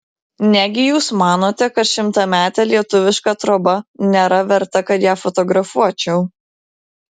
negi jūs manote kad šimtametė lietuviška troba nėra verta kad ją fotografuočiau